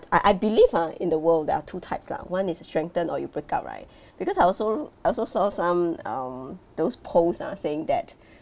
I I believe ah in the world there are two types lah one is to strengthen or you break up right because I also I also saw some um those posts ah saying that